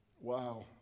Wow